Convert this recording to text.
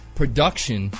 production